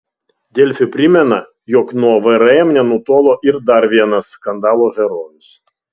delfi primena jog nuo vrm nenutolo ir dar vienas skandalo herojus